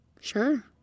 sure